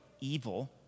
evil